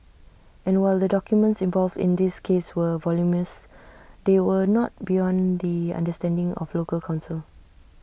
and while the documents involved in this case were voluminous they were not beyond the understanding of local counsel